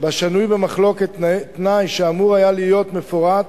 שבה שנוי במחלוקת תנאי שהיה אמור להיות מפורט